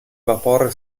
vapore